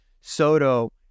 Soto